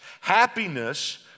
Happiness